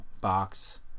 box